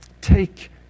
take